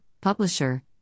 publisher